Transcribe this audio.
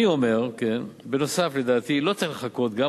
אני אומר, נוסף על כך, שלדעתי לא צריך לחכות.